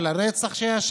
על הרצח שהיה,